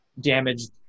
damaged